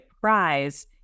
prize